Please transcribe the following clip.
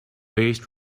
paste